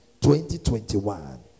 2021